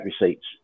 receipts